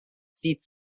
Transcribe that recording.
sieht